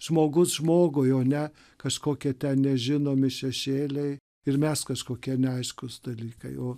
žmogus žmogui o ne kažkokie ten nežinomi šešėliai ir mes kažkokie neaiškūs dalykai o